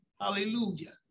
hallelujah